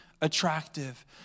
attractive